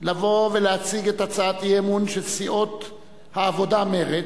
לבוא ולהציג את הצעת האי-אמון של סיעות העבודה ומרצ,